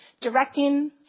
directing